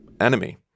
enemy